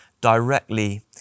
directly